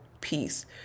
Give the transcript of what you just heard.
peace